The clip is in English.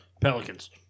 Pelicans